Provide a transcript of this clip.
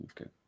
Okay